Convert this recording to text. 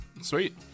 sweet